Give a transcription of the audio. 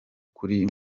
kuri